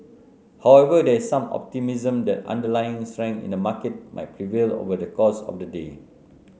however there is some optimism that underlying strength in the market might prevail over the course of the day